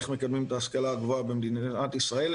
איך מקדמים את ההשכלה הגבוהה במדינת ישראל,